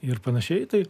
ir pan taip